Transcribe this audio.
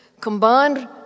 combined